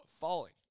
falling